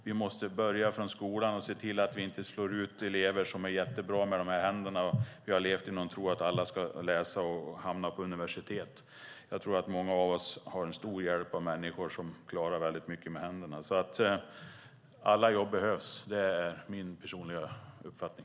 Vi måste börja från skolan och se till att vi inte slår ut elever som är jättebra med händerna. Vi har levt i någon tro att alla ska läsa och hamna på universitet. Jag tror att många av oss har en stor hjälp av människor som klarar väldigt mycket med händerna. Alla jobb behövs. Det är min personliga uppfattning.